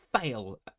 fail